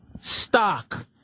stock